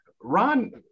Ron